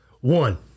One